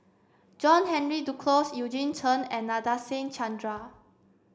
John Henry Duclos Eugene Chen and Nadasen Chandra